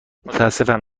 متاسفم